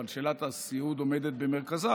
אבל שאלת הסיעוד עומדת במרכז,